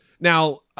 Now